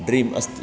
dream अस्ति